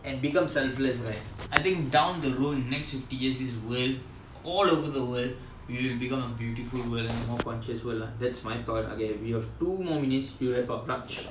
and become selfless right I think down the road next fifty years this world all over the world will become a beautiful world and a more conscious world lah that's my thought okay we have two more minutes to wrap up raj